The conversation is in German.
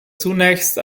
zunächst